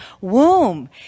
womb